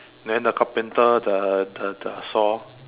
then the carpenter the the the saw